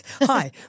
Hi